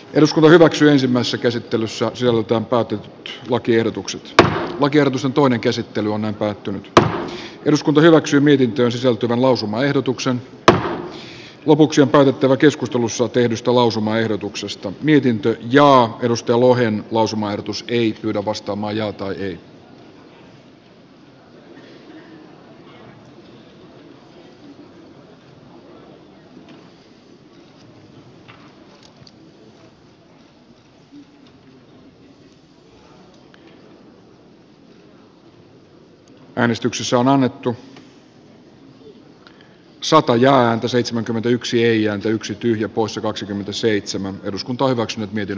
eduskunta edellyttää että luodakseen puitteet eläkeiän alarajan tosiasialliselle nostamiselle on hallituksen ryhdyttävä yhdessä työmarkkinajärjestöjen kanssa viipymättä torjumaan työpaikoilla ikärasismia ja muuta epäasiallista kohtelua turvaamaan ikääntyneille työntekijöille riittävät kouluttautumismahdollisuudet sekä luomaan senioripolkuja ja mahdollisuuksia uuteen työuraan jossa pätevyysvaatimusten täyttämiseksi voidaan ottaa huomioon myös aiemmassa ammatissa työkokemuksen kautta hankitut tiedot ja taidot